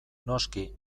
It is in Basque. noski